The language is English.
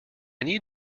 need